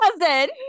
cousin